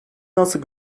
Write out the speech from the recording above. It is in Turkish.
nasıl